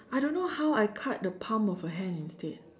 I don't know how I cut the palm of her hand instead